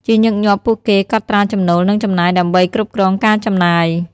ជាញឹកញាប់ ពួកគេកត់ត្រាចំណូល និងចំណាយដើម្បីគ្រប់គ្រងការចំណាយ។